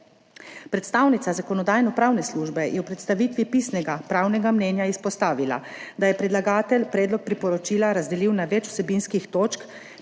Predstavnica Zakonodajno-pravne službe je v predstavitvi pisnega pravnega mnenja izpostavila, da je predlagatelj predlog priporočila razdelil na več vsebinskih točk,